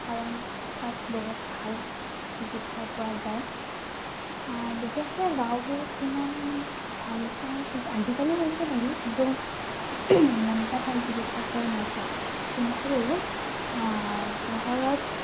কাৰণ তাত বহুত ভাল চিকিৎসা পোৱা যায় বিশেষকৈ গাঁওবোৰত সিমান ভাল এটা আজিকালি হৈছে বাৰু কিন্তু ইমান এটা ভাল চিকিৎসা পোৱা নাযায় কিন্তু চহৰত